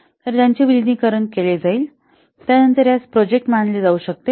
तर त्यांचे विलीनीकरण केले जाईल त्यानंतर यास प्रोजेक्ट मानले जाऊ शकते